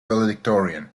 valedictorian